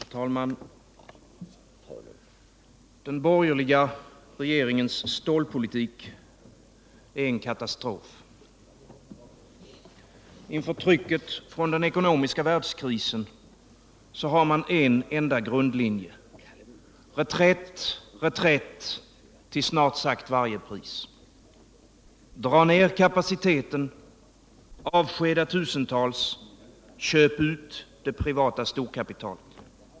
Herr talman! Den borgerliga regeringens stålpolitik är en katastrof. Inför trycket från den ekonomiska världskrisen har man en enda grundlinje: Reträtt, reträtt till snart sagt varje pris! Dra ner kapaciteten, avskeda tusentals, köp ut det privata storkapitalet!